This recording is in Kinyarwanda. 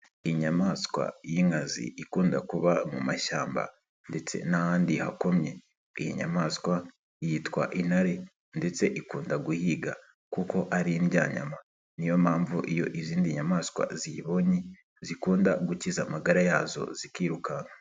Inyamaswa y'inkazi ikunda kuba mu mashyamba ndetse n'ahandi hakomye, iyi nyamaswa yitwa intare ndetse ikunda guhiga kuko ari indyayama, niyo mpamvu iyo izindi nyamaswa ziyibonye zikunda gukiza amagara yazo zikirukanka.